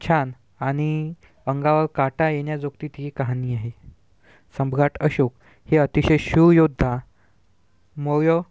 छान आणि अंगावर काटा येण्याजोगती ही कहाणी आहे सम्राट अशोक हे अतिशय शूर योद्धा मौर्य